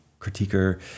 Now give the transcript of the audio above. critiquer